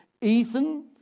Ethan